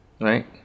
Right